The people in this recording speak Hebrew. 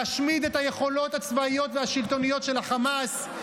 להשמיד את היכולות הצבאיות והשלטוניות של חמאס,